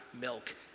milk